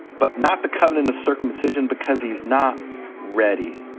but not the covenant of circumcision because he's not ready.